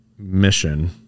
Mission